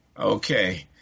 Okay